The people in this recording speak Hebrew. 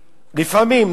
לפעמים,